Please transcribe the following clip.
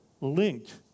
linked